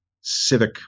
civic